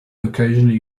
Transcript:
occasionally